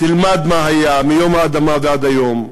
תלמד מה היה מיום האדמה ועד היום.